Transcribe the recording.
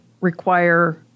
require